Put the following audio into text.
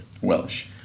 Welsh